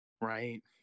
right